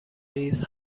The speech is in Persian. ریز